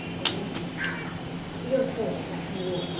don't mention it. yes. you're a soldier back from the war.